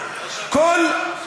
לא,